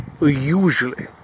usually